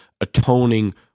atoning